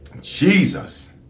Jesus